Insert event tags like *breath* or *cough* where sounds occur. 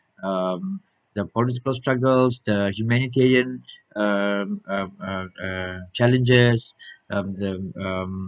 um the orange bus struggles the humanitarian um um um uh challenges *breath* um um um